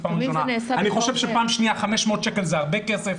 אני חושב שבפעם השנייה 500 שקל זה הרבה כסף.